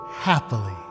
Happily